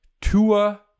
Tua